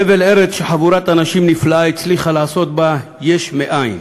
חבל ארץ שחבורת אנשים נפלאה הצליחה לעשות בו יש מאין,